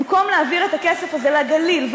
במקום להעביר את הכסף הזה לגליל,